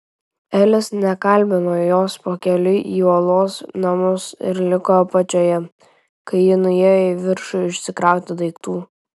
elis nekalbino jos pakeliui į uolos namus ir liko apačioje kai ji nuėjo į viršų išsikrauti daiktų